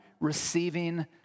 receiving